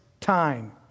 time